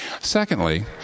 Secondly